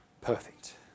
perfect